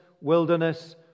wilderness